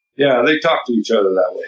yeah, they talk to each other that way.